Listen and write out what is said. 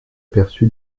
aperçu